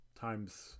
times